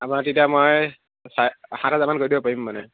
আপোনাৰ তেতিয়া মই চাৰে সাত হাজাৰমান কৰি দিব পাৰিম মানে